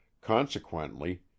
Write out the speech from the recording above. consequently